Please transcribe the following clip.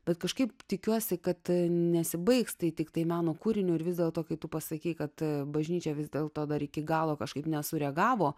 bet kažkaip tikiuosi kad nesibaigs tai tiktai meno kūriniu ir vis dėlto kai tu pasakei kad bažnyčia vis dėlto dar iki galo kažkaip nesureagavo